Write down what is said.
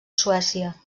suècia